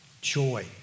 Joy